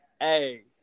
Hey